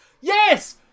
Yes